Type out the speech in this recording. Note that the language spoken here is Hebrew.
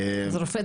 השומר.